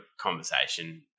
conversation